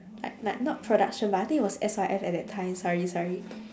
like like not production but I think it was S_Y_F at that time sorry sorry